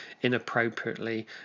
inappropriately